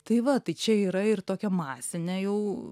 tai va tai čia yra ir tokia masinė jau